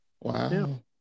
wow